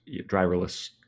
driverless